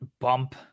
bump